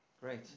great